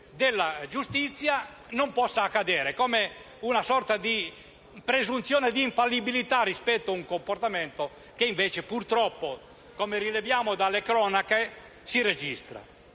della giustizia non possa accadere: una sorta di presunzione di infallibilità rispetto a un comportamento che, invece, e purtroppo, come rileviamo dalle cronache, si registra.